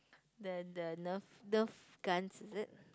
the the nerf guns is it